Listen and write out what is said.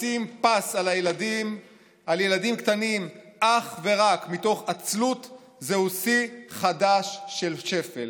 לשים פס על ילדים קטנים אך ורק מתוך עצלות זהו שיא חדש של שפל".